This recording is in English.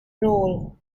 role